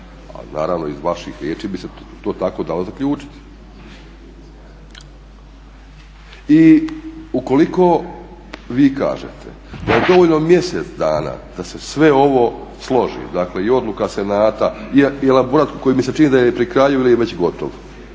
a naravno iz vaših riječi bi se to tako dalo zaključiti. I ukoliko vi kažete da je dovoljno mjesec dana da se sve ovo složi, dakle i odluka Senata i elaborat koji mi se čini da je pri kraju ili je već gotov,